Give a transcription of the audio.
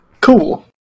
cool